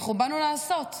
אנחנו באנו לעשות,